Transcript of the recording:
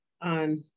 on